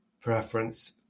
preference